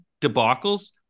debacles